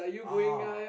ah